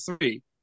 three